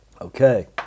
Okay